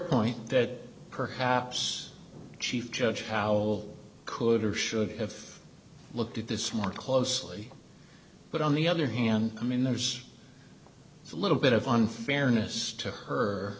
point that perhaps chief judge powell could or should have looked at this more closely but on the other hand i mean there's a little bit of unfairness to her